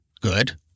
good